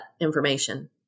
information